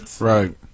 Right